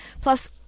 plus